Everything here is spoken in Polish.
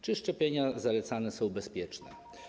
Czy szczepienia zalecane są bezpieczne?